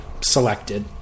selected